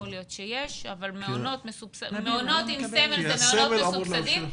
יכול להיות שיש אבל מעונות עם סמל ומעונות מסובסדים,